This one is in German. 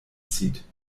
zieht